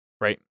right